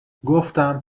گفتم